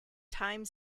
time